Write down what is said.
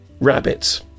rabbits